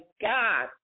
God